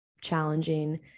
challenging